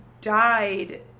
died